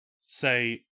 say